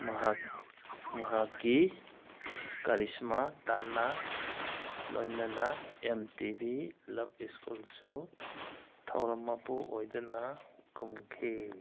ꯃꯍꯥꯛ ꯃꯍꯥꯛꯀꯤ ꯀꯔꯤꯁꯃꯥ ꯇꯥꯅꯥ ꯂꯣꯏꯅꯅ ꯑꯦꯝ ꯇꯤ ꯚꯤ ꯂꯞ ꯁ꯭ꯀꯨꯜꯁꯨ ꯊꯧꯔꯝ ꯃꯄꯨ ꯑꯣꯏꯗꯨꯅ ꯀꯨꯝꯈꯤ